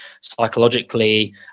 psychologically